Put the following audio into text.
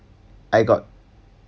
I got